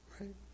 right